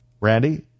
Randy